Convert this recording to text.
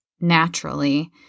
naturally